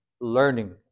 learning